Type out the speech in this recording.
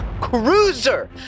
cruiser